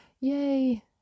Yay